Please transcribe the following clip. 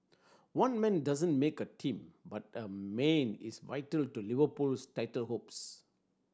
one man doesn't make a team but a Mane is vital to Liverpool's title hopes